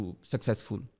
successful